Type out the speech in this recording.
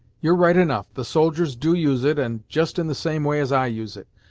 you're right enough the soldiers do use it, and just in the same way as i use it.